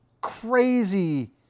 crazy